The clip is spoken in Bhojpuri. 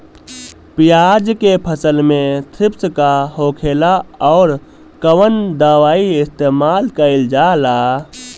प्याज के फसल में थ्रिप्स का होखेला और कउन दवाई इस्तेमाल कईल जाला?